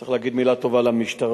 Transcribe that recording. צריך להגיד מלה טובה למשטרה,